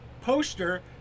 poster